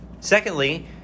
Secondly